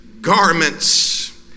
garments